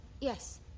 Yes